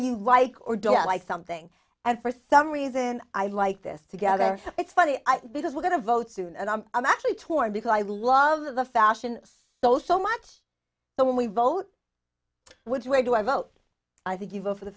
you like or don't like something and for some reason i like this together it's funny because we're going to vote soon and i'm i'm actually torn because i love the fashion of those so much so when we vote which way do i vote i think you vote for the